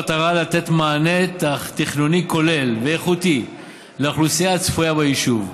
במטרה לתת מענה תכנוני כולל ואיכותי לאוכלוסייה הצפויה ביישוב,